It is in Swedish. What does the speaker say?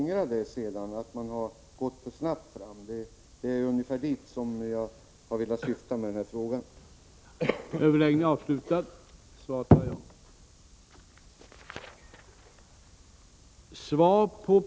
Är statsrådet beredd att medverka till tidigareläggning av den s.k. Deltavägen i Timrå och brobyggnad i Storsjöområdet i Jämtlands län?